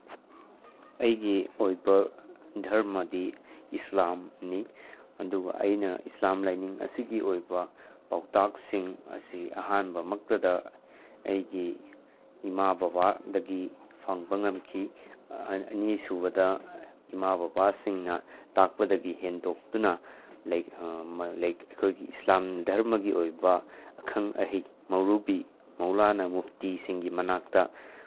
ꯑꯩꯒꯤ ꯑꯣꯏꯕ ꯙꯔꯃꯗꯤ ꯏꯁꯂꯥꯝꯅꯤ ꯑꯗꯨꯒ ꯑꯩꯅ ꯏꯁꯂꯥꯝ ꯂꯥꯏꯅꯤꯡ ꯑꯁꯤꯒꯤ ꯑꯣꯏꯕ ꯄꯥꯎꯇꯥꯛꯁꯤꯡ ꯑꯁꯤ ꯑꯍꯥꯟꯕꯃꯛꯇꯗ ꯑꯩꯒꯤ ꯏꯃꯥ ꯕꯕꯥꯗꯒꯤ ꯐꯪꯕ ꯉꯝꯈꯤ ꯑꯅꯤꯁꯨꯕꯗ ꯏꯃꯥ ꯕꯕꯥꯁꯤꯡꯅ ꯇꯥꯛꯄꯗꯒꯤ ꯍꯦꯟꯗꯣꯛꯇꯨꯅ ꯑꯩꯈꯣꯏꯒꯤ ꯏꯁꯂꯥꯝ ꯙꯔꯃꯒꯤ ꯑꯣꯏꯕ ꯑꯈꯪ ꯑꯍꯩ ꯃꯧꯔꯨꯕꯤ ꯃꯧꯂꯥꯅꯥ ꯃꯨꯐꯇꯤꯁꯤꯡꯒꯤ ꯃꯅꯥꯛꯇ